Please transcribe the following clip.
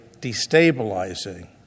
destabilizing